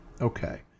Okay